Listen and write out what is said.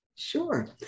Sure